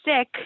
sick